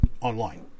online